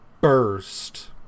burst